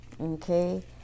okay